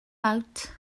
out